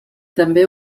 també